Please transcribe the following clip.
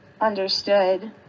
Understood